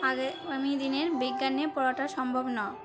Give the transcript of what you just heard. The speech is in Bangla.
আগামী দিনে বিজ্ঞান নিয়ে পড়াটা সম্ভব না